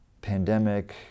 pandemic